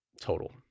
total